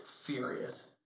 furious